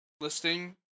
listing